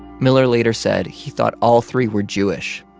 miller later said he thought all three were jewish,